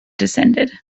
descended